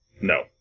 No